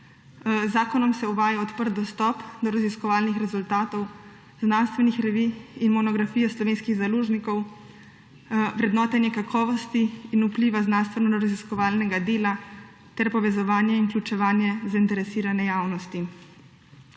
zakonom se uvaja odprt dostop do raziskovalnih rezultatov, znanstvenih revij in monografije slovenskih založnikov, vrednotenje kakovosti in vpliva znanstvenoraziskovalnega dela ter povezovanje in vključevanje zainteresirane javnosti.